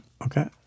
Okay